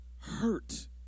hurt